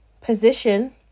position